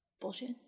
bullshit